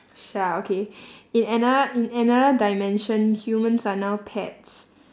shut up okay in another in another dimension humans are now pets